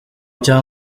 icyo